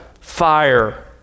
fire